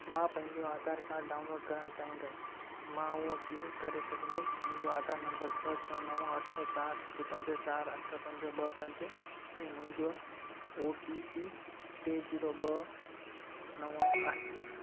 मां पंहिंजो Aadhaar card download करणु चाहींदुसि मां उहो कीअं करे सघंदुसि मुंहिंजो आधार नंबर छह छह नव अठ चार हिकु पंज चार अठ पंज ॿ पंज ऐं मुंहिंजो ओ टी पी टे ज़ीरो ॿ नव आहे